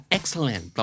Excellent